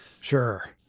Sure